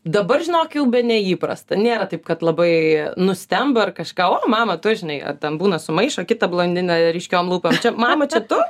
dabar žinok jau bene įprasta nėra taip kad labai nustemba ar kažką o mama tu žinai ten būna sumaišo kitą blondinę ryškiom lūpom čia mama čia tu